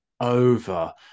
over